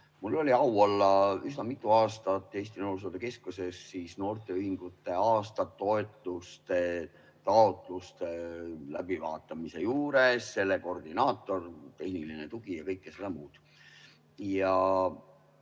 Mul oli au olla üsna mitu aastat Eesti Noorsootöö Keskuses noorteühingute aastatoetuste taotluste läbivaatamise juures – olla selle koordinaator, tehniline tugi ja kõike muud